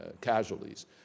casualties